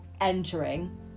entering